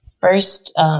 first